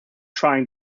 trying